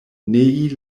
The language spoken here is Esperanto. nei